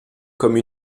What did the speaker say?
comme